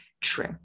true